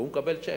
והוא מקבל צ'ק.